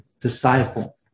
disciple